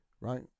right